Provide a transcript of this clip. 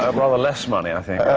um rather less money, i think.